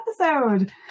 episode